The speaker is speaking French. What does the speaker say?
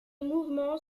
mouvement